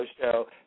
show